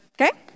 Okay